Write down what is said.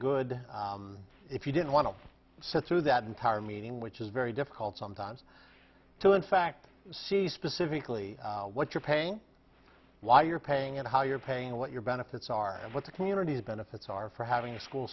good if you didn't want to sit through that entire meeting which is very difficult sometimes to in fact see specifically what you're paying why you're paying and how you're paying and what your benefits are and what the community benefits are for having a school